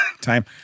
Time